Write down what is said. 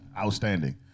outstanding